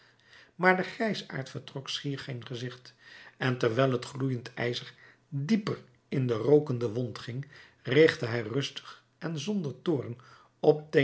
maar de grijsaard vertrok schier geen gezicht en terwijl het gloeiend ijzer dieper in de rookende wond ging richtte hij rustig en zonder toorn